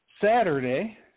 Saturday